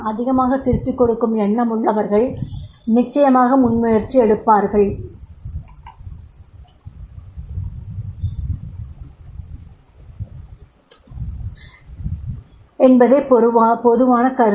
அதிகமாகத் திருப்பிகொடுக்கும் எண்ணமுள்ளவர்கள் நிச்சயமாக முன்முயற்சி எடுப்பார்கள் என்பதே பொதுவான கருத்து